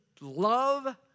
love